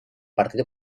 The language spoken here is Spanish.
partido